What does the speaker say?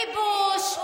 כיבוש,